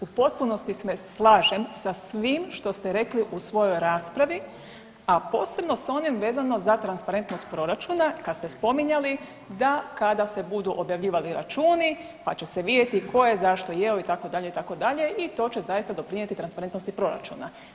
U potpunosti se slažem sa svim što ste rekli u svojoj raspravi, a posebno s onim vezano za transparentnost proračuna kad ste spominjali da kada se budu objavljivali računi pa će se vidjeti tko je zašto jeo, itd., itd., i to će zaista doprinijeti transparentnosti proračuna.